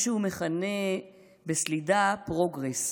מה שהוא מכנה בסלידה "פרוגרס"